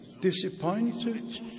disappointed